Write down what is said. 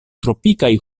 tropikaj